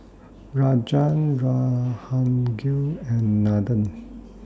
Rajan Jahangir and Nathan